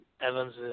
Evans